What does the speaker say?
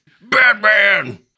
Batman